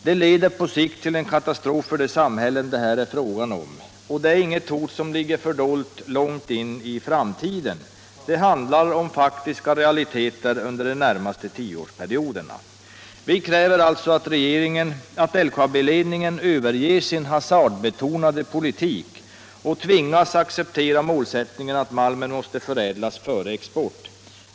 Den leder på sikt till katastrof för de samhällen det här är fråga om. Och det är inget hot som ligger fördolt långt bort i framtiden. Det handlar om faktiska realiteter under de närmaste tioårsperioderna. Vi kräver att LKAB-ledningen överger sin hasardbetonade politik och tvingas acceptera målsättningen att malmen måste förädlas före export.